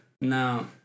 Now